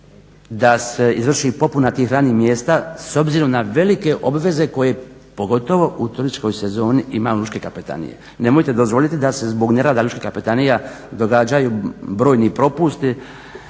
da se izvrši popuna tih radnih mjesta s obzirom na velike obveze koje pogotovo u turističkoj sezoni ima lučke kapetanije. Nemojte dozvoliti da se zbog nerada lučka kapetanija događaju brojni propusti,